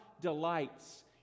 delights